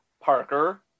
Parker